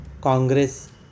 Congress